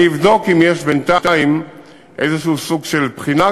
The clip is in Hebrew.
אני אבדוק אם יש בינתיים סוג כלשהו של בחינה,